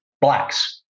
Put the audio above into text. Blacks